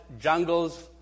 jungles